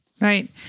right